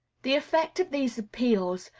the effect of these appeals,